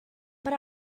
but